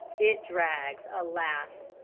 it drags, alas!